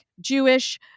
Jewish